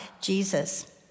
Jesus